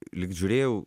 lyg žiūrėjau